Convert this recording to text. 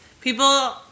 people